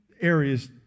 areas